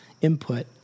input